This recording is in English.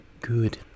good